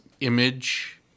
image